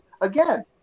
again